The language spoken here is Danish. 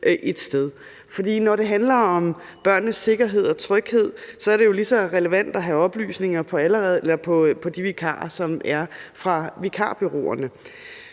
når det handler om børnenes sikkerhed og tryghed, er det jo lige så relevant at have oplysninger om de vikarer, som kommer